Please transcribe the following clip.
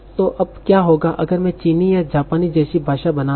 तो अब क्या होगा अगर मैं चीनी या जापानी जैसी भाषा बना रहा हूं